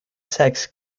sex